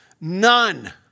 None